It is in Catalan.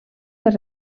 per